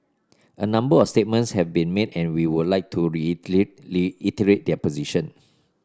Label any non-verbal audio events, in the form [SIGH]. a number of statements have been made and we would like to [UNINTELLIGIBLE] reiterate their position